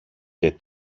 και